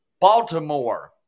Baltimore